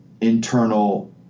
internal